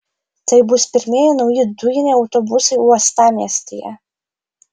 tai bus pirmieji nauji dujiniai autobusai uostamiestyje